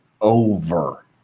over